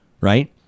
Right